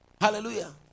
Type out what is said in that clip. Hallelujah